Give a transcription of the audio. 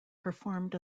performed